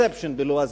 perception בלועזית.